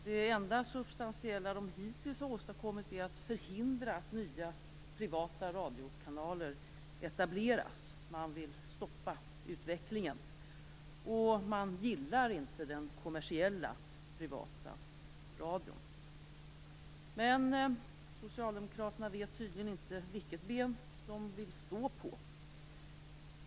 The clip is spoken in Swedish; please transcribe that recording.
Det enda substantiella de hittills har åstadkommit är att förhindra att nya privata radiokanaler etableras. De vill stoppa utvecklingen. De gillar inte den kommersiella privata radion. Socialdemokraterna vet tydligen inte vilket ben de vill stå på.